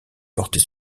porter